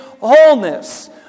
wholeness